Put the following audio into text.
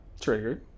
triggered